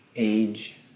Age